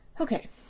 Okay